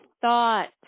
thought